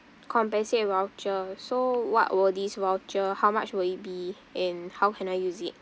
compensate voucher so what will this voucher how much will it be and how can I use it